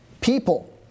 people